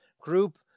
group